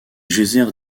geysers